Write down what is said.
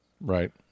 Right